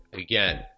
again